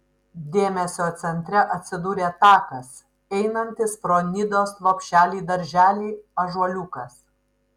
dėmesio centre atsidūrė takas einantis pro nidos lopšelį darželį ąžuoliukas